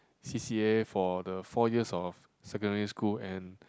C_C_A for the four years of secondary school and